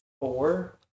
four